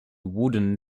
wooden